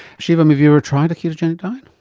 shivam, have you ever tried a ketogenic diet?